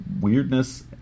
weirdness